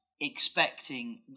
expecting